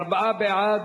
ארבעה בעד.